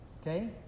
Okay